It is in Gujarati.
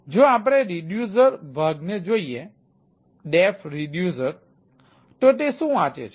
તેથી જો આપણે રિડયુસર ભાગને જોઈએ def reducer તો તે શું વાંચે છે